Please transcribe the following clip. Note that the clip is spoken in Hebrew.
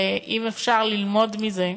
ואם אפשר ללמוד מזה,